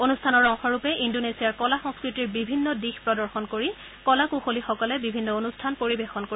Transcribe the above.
অনুষ্ঠানৰ অংশ ৰূপে ইণ্ডোনেছিয়াৰ কলা সংস্কৃতিৰ বিভিন্ন দিশ প্ৰদৰ্শন কৰি কলা কুশলীসকলে বিভিন্ন অনুষ্ঠান পৰিৱেশন কৰিব